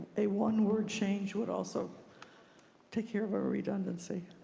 a one word change, would also take care of a redundancy.